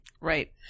right